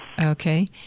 Okay